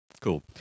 Cool